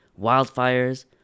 wildfires